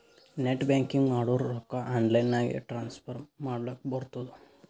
net banking ಮಾಡುರ್ ರೊಕ್ಕಾ online ನಾಗೆ ಟ್ರಾನ್ಸ್ಫರ್ ಮಾಡ್ಲಕ್ ಬರ್ತುದ್